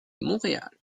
montréal